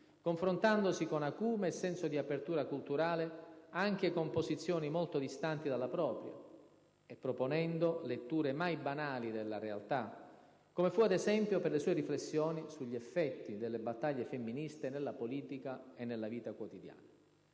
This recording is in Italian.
confrontandosi con acume e senso di apertura culturale anche con posizioni molto distanti dalla propria, e proponendo letture mai banali della realtà, come fu, ad esempio, per le sue riflessioni sugli effetti delle battaglie femministe nella politica e nella vita quotidiana.